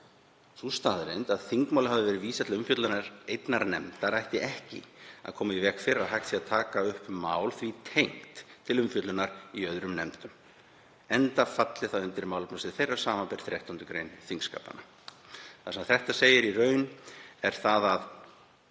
Sú staðreynd að þingmáli hafi verið vísað til umfjöllunar einnar nefndar ætti ekki að koma í veg fyrir að hægt sé að taka upp mál því tengt til umfjöllunar í öðrum nefndum enda falli það undir málefnasvið þeirra, samanber 13. gr. þingskapa. Þetta er í raun til þess að